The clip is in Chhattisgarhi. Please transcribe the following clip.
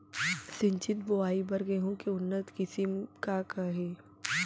सिंचित बोआई बर गेहूँ के उन्नत किसिम का का हे??